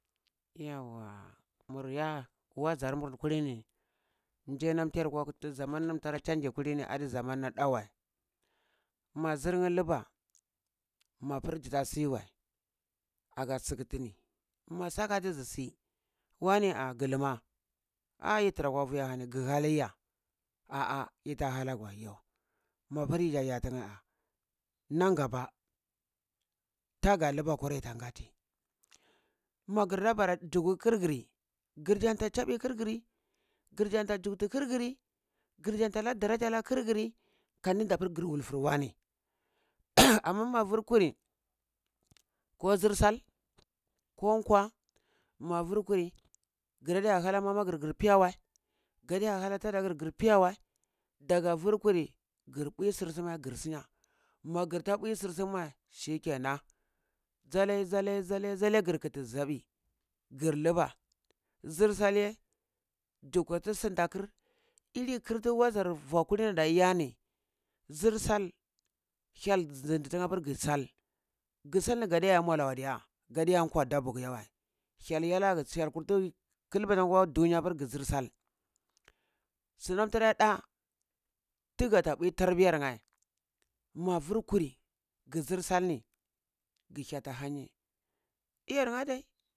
Yauwa mur iya, wazar mur kulini jainam tiyarkwa zamsan num tara chaya kulini adi zaman nam ɗa wəe ma zinnye liba, mapur jita si wəe aga sik tini, ma saka ti zi si, wane ah giluma? Ah yi tra kwa vi ahani gihalai yah ah ah yita halagwəe yoh yi ja yah tinye ah nan gaba taga luba kura yi tanngati magir da bara jugu kiyir giri, gir zanta chabi kiyir giri gir janta juktu kiyir giri gir jan ta lar daraja la kir giri kanndi da pur wulfur wane amma mua vur kuri, ko zir sal ko nkwa mua vur kuri garadiya ha lar mamagir gir piya wəe dardiya da ha fada gir gir piya wəe, daga vur kuri gi bui sur suma gir smyah, ma girta bui sur sumae wəe, shikenan zalai, zalai, zalai zalai gir kiti zaɓi gir liba, nzir sal ye zukuta sinta kir ini kirta wazar vua kulini ada yah ni, zir sal hyel zizindi tina pur gir sal gi sal ni gadiya iya mualawa diya gadiya iya kwa dabugu yewa hyel ya lagu tsiyakur kilbala dunya apa gi zir sal, sunam tara iya da tigata ɓui tanbiya nye ma vur kuri gizir sal ni gi hata hanyi iyar nye adai